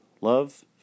Love